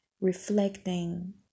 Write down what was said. reflecting